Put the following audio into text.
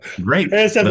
Great